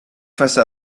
face